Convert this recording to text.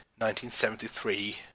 1973